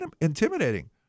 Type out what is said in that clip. intimidating